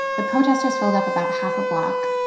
the protesters filled up about half a block.